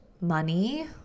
money